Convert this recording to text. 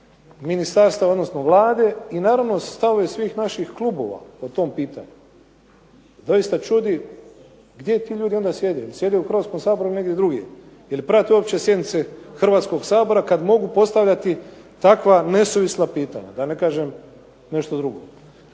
ministarstva odnosno vlade i naravno stavovi svih naših klubova po tom pitanju. Doista čudi gdje ti ljudi onda sjede. Sjede li u Hrvatskom saboru ili negdje drugdje? Jeli prate uopće sjednice Hrvatskog sabora kada mogu postavljati takva nesuvisla pitanja da ne kažem nešto drugo.